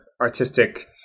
artistic